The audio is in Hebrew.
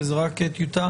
כי זה רק טיוטה